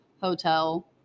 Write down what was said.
hotel